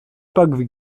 pak